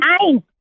Nine